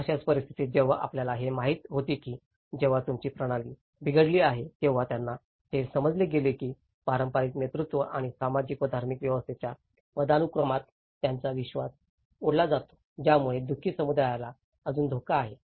अशाच परिस्थितीत जेव्हा आपल्याला हे माहित होते की जेव्हा तुमची प्रणाली बिघडली आहे तेव्हा त्यांना हे समजले गेले की पारंपारिक नेतृत्व आणि सामाजिक व धार्मिक व्यवस्थेच्या पदानुक्रमात त्यांचा विश्वास उडाला जातो ज्यामुळे दु खी समुदायाला अजून धोका आहे